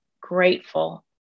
grateful